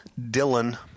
dylan